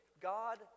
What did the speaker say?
God